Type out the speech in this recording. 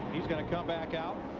he is going to come back out.